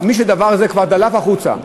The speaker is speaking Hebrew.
משהדבר הזה כבר דלף החוצה,